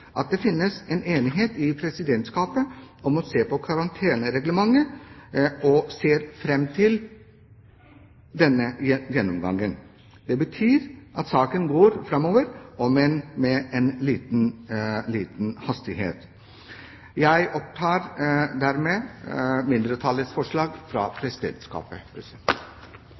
at det finnes en enighet i Presidentskapet om å se på karantenereglementet, og ser fram til denne gjennomgangen. Det betyr at saken går framover, om enn med liten hastighet. Jeg tar dermed opp mindretallets forslag fra Presidentskapet.